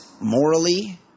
morally